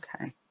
okay